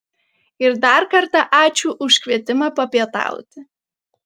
ir dar kartą ačiū už kvietimą papietauti